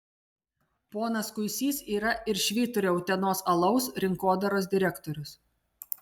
ponas kuisys yra ir švyturio utenos alaus rinkodaros direktorius